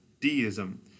deism